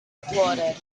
applauded